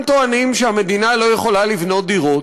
טוענים שהמדינה לא יכולה לבנות דירות?